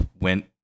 went